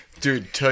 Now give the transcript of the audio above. Dude